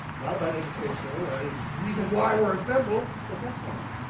not about education or a reason why we're assembled, but that's fine,